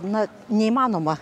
na neįmanoma